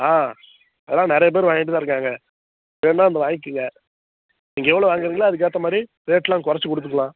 ஆ அதெல்லாம் நிறைய பேரு வாங்கிட்டு தான் இருக்காங்க வேணுன்னால் வந்து வாங்கிக்கோங்க நீங்கள் எவ்வளோ வாங்குறீங்களோ அதுக்கு ஏற்ற மாதிரி ரேட்டெல்லாம் கொறச்சு கொடுத்துக்கலாம்